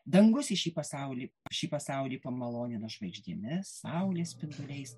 dangus į šį pasaulį šį pasaulį pamalonina žvaigždėmis saulės spinduliais